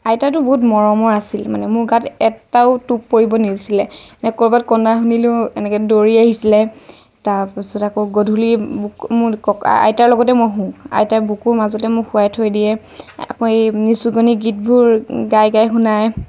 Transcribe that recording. আইতাতো বহুত মৰমৰ আছিল মানে মোৰ গাত এটাও টোপ পৰিব নিদিছিলে এনে ক'ৰবাত কন্দা শুনিলেও এনেকে দৌৰি আহিছিলে তাৰপিছত আকৌ গধূলি আইতাৰ লগতে মই শুওঁ আইতাৰ বুকুৰ মাজতে মোক শুৱাই থৈ দিয়ে আকৌ এই নিচুকনি গীতবোৰ গাই গাই শুনায়